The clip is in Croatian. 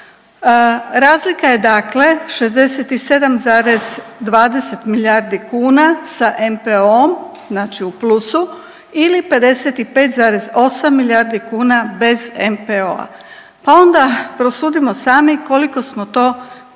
Razlika je dakle 67,20 milijardi kuna sa NPOO-om, znači u plusu ili 55,8 milijardi kuna bez NPOO-a pa onda prosudimo sami koliko smo to